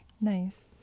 Nice